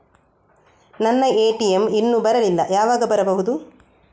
ನನ್ನ ಎ.ಟಿ.ಎಂ ಇನ್ನು ಬರಲಿಲ್ಲ, ಯಾವಾಗ ಬರಬಹುದು?